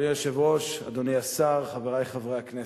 אדוני היושב-ראש, אדוני השר, חברי חברי הכנסת,